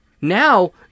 Now